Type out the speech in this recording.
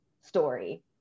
story